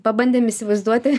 pabandėm įsivaizduoti